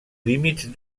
límits